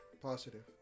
positive